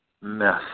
mess